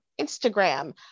Instagram